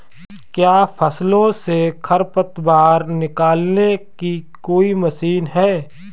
क्या फसलों से खरपतवार निकालने की कोई मशीन है?